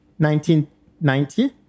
1990